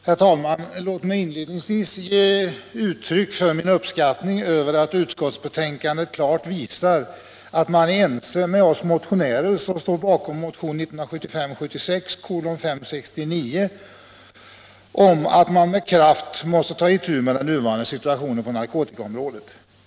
Herr talman! Låt mig inledningsvis ge uttryck för min uppskattning av att utskottsbetänkandet klart visar att utskottet är överens med oss som står bakom motionen 1975/76:569 om att man med kraft måste ta itu med den nuvarande situationen på narkotikaområdet.